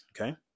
Okay